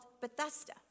Bethesda